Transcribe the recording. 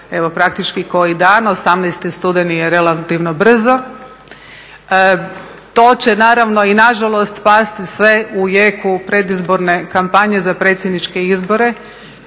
evo praktički za koji dan, 18.studeni je relativno brzo. To će naravno i nažalost pasti sve u jeku predizborne kampanje za predsjedniče izbore